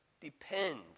depends